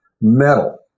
metal